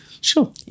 Sure